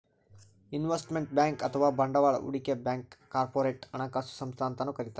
investment bank ಅಥವಾ ಬಂಡವಾಳ್ ಹೂಡಿಕೆ ಬ್ಯಾಂಕ್ಗ್ ಕಾರ್ಪೊರೇಟ್ ಹಣಕಾಸು ಸಂಸ್ಥಾ ಅಂತನೂ ಕರಿತಾರ್